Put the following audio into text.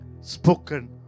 spoken